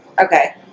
Okay